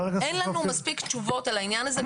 אין לנו מספיק תשובות בעניין הזה.